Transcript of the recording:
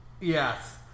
Yes